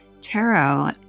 tarot